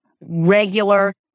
regular